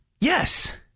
Yes